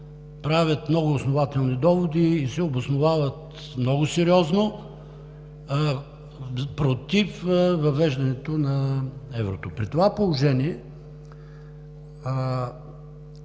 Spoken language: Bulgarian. дават много основателни доводи и се обосновават много сериозно против въвеждането на еврото. При това положение